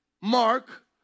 Mark